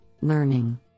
learning